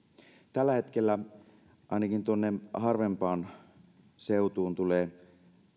tällä hetkellä ainakin tuonne harvemmalle seudulle tulee